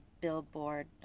billboard